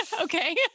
okay